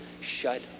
Shut